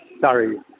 sorry